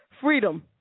Freedom